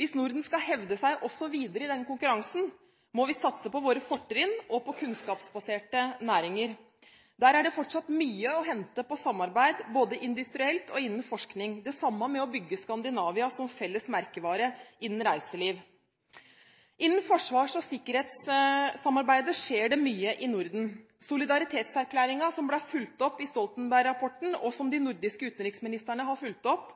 Hvis Norden skal hevde seg videre i den konkurransen, må vi satse på våre fortrinn og på kunnskapsbaserte næringer. Der er det fortsatt mye å hente på samarbeid, både industrielt og innen forskning – det samme når det gjelder å bygge Skandinavia som felles merkevare innen reiseliv. Innen forsvars- og sikkerhetssamarbeidet skjer det mye i Norden. Solidaritetserklæringen som ble foreslått i Stoltenberg-rapporten, og som de nordiske utenriksministrene har fulgt opp,